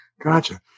Gotcha